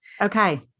Okay